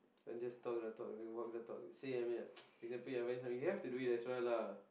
don't just talk the talk I mean walk the talk see what I mean or not for example I buy something you have to do it as well lah